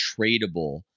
tradable